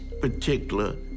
particular